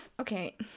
Okay